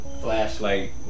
flashlight